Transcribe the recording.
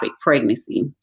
pregnancy